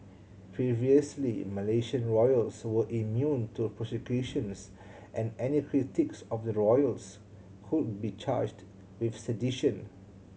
previously Malaysian royals were immune to prosecutions and any critics of the royals could be charged with sedition